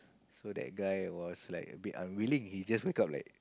so that guy was like a bit unwilling he just wake up like